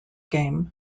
game